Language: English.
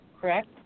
correct